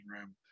room